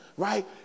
Right